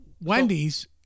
Wendy's